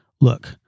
look